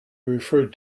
referred